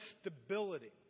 stability